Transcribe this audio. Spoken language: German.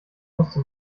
musste